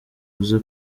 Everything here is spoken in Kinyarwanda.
uze